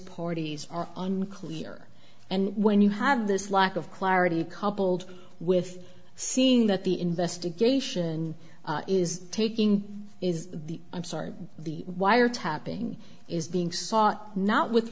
parties are unclear and when you have this lack of clarity coupled with seeing that the investigation is taking is the i'm sorry the wiretapping is being sought not with